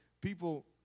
people